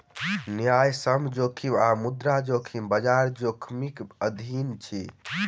न्यायसम्य जोखिम आ मुद्रा जोखिम, बजार जोखिमक अधीन अछि